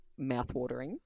mouthwatering